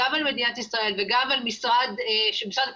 גם על מדינת ישראל וגם על משרד הפנים,